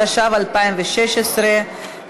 התשע"ו 2016,